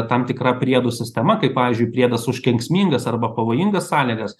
tam tikra priedų sistema kaip pavyzdžiui priedas už kenksmingas arba pavojingas sąlygas